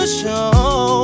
show